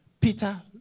Peter